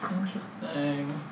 Interesting